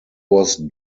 was